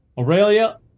Aurelia